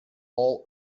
all